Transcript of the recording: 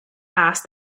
asked